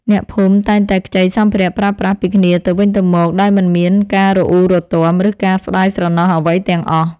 អ្នកភូមិតែងតែខ្ចីសម្ភារៈប្រើប្រាស់ពីគ្នាទៅវិញទៅមកដោយមិនមានការរអ៊ូរទាំ ឬការស្ដាយស្រណោះអ្វីទាំងអស់។